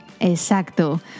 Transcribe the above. Exacto